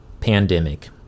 pandemic